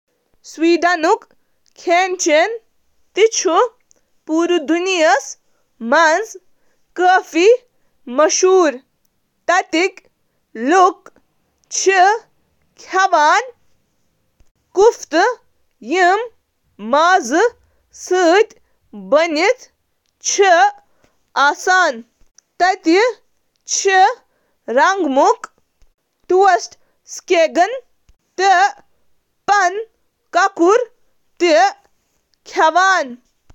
Swedish کھین ہیکو مہذب دۄدٕ مصنوعات، کرکرا تہٕ نرم روٹی، بیریز تہٕ کنن ہنٛد میوٕ، بیف، چکن، لیمب، سورٕ ماز، ٹھوٗل تہٕ سمندری غذاہس انٛدۍ پٔکۍ مرکوز بیان کٔرتھ۔ آلو چھِ اَکثَر سایڈ ڈِش پٲٹھۍ پیش یِوان کرنہٕ، یِم اکثر تُلان چھِ۔